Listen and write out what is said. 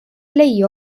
play